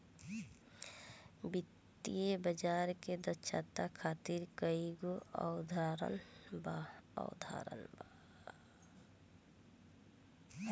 वित्तीय बाजार के दक्षता खातिर कईगो अवधारणा बा